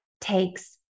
takes